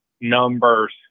numbers